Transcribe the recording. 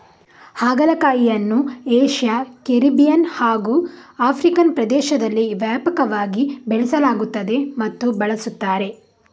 ಹಾಗಲಕಾಯಿಯನ್ನು Asia, Caribbean ಹಾಗೂ African ಪ್ರದೇಶದಲ್ಲಿ ವ್ಯಾಪಕವಾಗಿ ಬೆಳೆಸಲಾಗುತ್ತದೆ ಮತ್ತು ಬಳಸುತ್ತಾರೆ